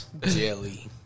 Jelly